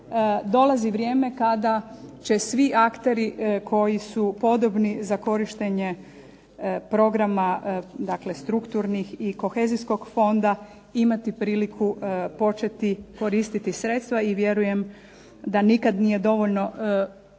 Dolazi vrijeme kada će svi akteri koji su podobni za korištenje programa dakle strukturnih i kohezijskog fonda imati priliku početi koristiti sredstva, i vjerujem da nikad nije dovoljno